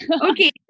okay